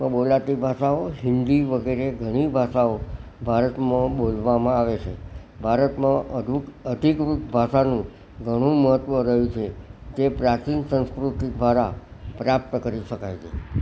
માં બોલાતી ભાષાઓ હિન્દી વગેરે ઘણી ભાષાઓ ભારતમાં બોલવામાં આવે છે ભારતમાં અધિકૃત ભાષાનું ઘણું મહત્વ રહ્યું છે જે પ્રાચીન સંસ્કૃતિ દ્વારા પ્રાપ્ત કરી શકાય છે